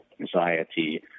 anxiety